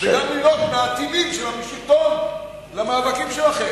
וגם לינוק מהעטינים של השלטון למאבקים שלכם.